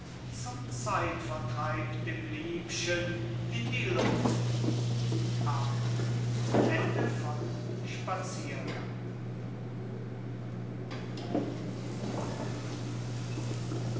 zum zeitvertreib dem liebchen in die luft